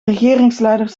regeringsleiders